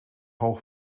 hoog